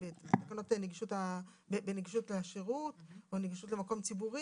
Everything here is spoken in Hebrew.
בנגישות לשירות או נגישות למקום ציבורי,